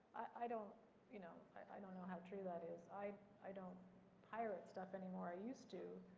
i don't you know i don't know how true that is. i i don't pirate stuff anymore. i used to,